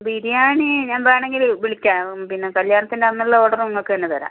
ബിരിയാണി ഞാൻ വേണമെങ്കിൽ വിളിക്കാം പിന്ന കല്യാണത്തിന്റെയന്നുള്ള ഓർഡറും നിങ്ങൾക്കുതന്നെ തരാം